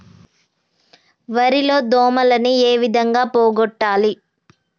వరి లో దోమలని ఏ విధంగా పోగొట్టాలి?